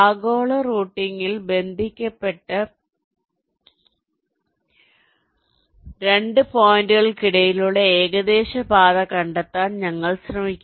ആഗോള റൂട്ടിംഗിൽ ബന്ധിപ്പിക്കേണ്ട 2 പോയിന്റുകൾക്കിടയിലുള്ള ഏകദേശ പാത കണ്ടെത്താൻ ഞങ്ങൾ ശ്രമിക്കുന്നു